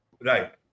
Right